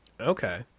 Okay